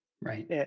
Right